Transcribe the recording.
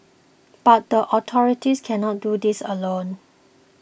but the authorities cannot do this alone